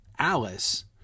Alice